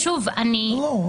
אופיר --- לא.